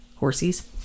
horsies